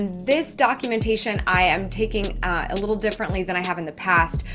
this documentation i am taking a little differently than i have in the past.